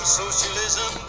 socialism